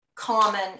common